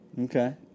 Okay